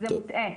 זה מטעה.